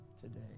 today